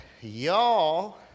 Y'all